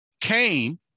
Cain